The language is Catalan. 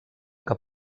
que